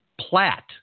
Platt